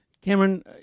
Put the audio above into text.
Cameron